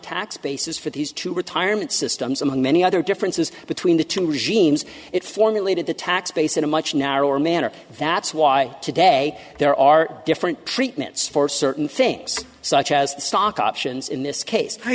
tax basis for these two retirement systems among many other differences between the two regimes it formulated the tax base in a much narrower manner that's why today there are different treatments for certain things such as the stock options in this case i